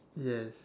yes